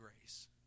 grace